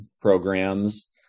programs